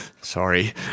Sorry